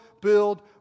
build